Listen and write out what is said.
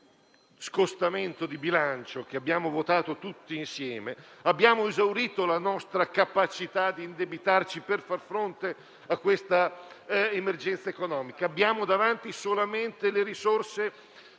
scostamento di bilancio, che abbiamo votato tutti insieme, abbiamo esaurito la nostra capacità di indebitarci per far fronte a questa emergenza economica. Abbiamo davanti solamente le risorse